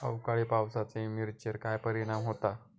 अवकाळी पावसाचे मिरचेर काय परिणाम होता?